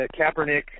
Kaepernick